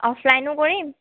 অফলাইনো কৰিম